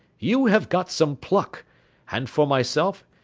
you have got some pluck and for myself,